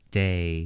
day